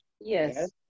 Yes